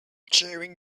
chewing